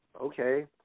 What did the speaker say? Okay